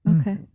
okay